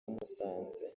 musanze